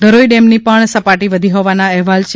ધરોઇ ડેમની પણ સપાટી વધી હોવાના અહેવાલ છે